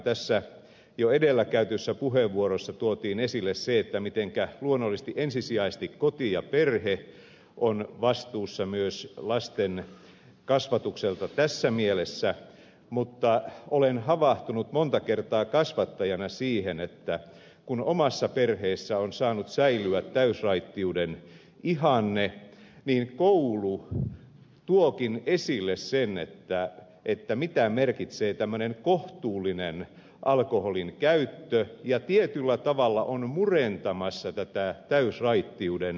tässä jo edellä käytetyissä puheenvuoroissa tuotiin esille se mitenkä luonnollisesti ensisijaisesti koti ja perhe on vastuussa myös lasten kasvatuksesta tässä mielessä mutta olen havahtunut monta kertaa kasvattajana siihen että kun omassa perheessä on saanut säilyä täysraittiuden ihanne niin koulu tuokin esille sen mitä merkitsee tämmöinen kohtuullinen alkoholinkäyttö ja tietyllä tavalla on murentamassa tätä täysraittiuden ihannetta